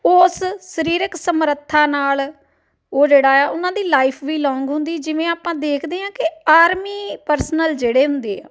ਉਸ ਸਰੀਰਕ ਸਮਰੱਥਾ ਨਾਲ ਉਹ ਜਿਹੜਾ ਆ ਉਹਨਾਂ ਦੀ ਲਾਈਫ ਵੀ ਲੋਂਗ ਹੁੰਦੀ ਜਿਵੇਂ ਆਪਾਂ ਦੇਖਦੇ ਹਾਂ ਕਿ ਆਰਮੀ ਪਰਸਨਲ ਜਿਹੜੇ ਹੁੰਦੇ ਆ